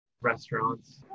Restaurants